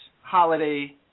holiday